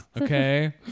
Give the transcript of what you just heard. okay